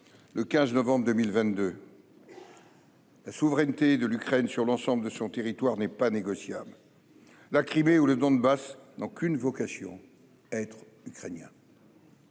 le 15 novembre 2022 : la souveraineté de l'Ukraine sur l'ensemble de son territoire n'est pas négociable. La Crimée ou le Donbass n'ont qu'une vocation : être ukrainiens.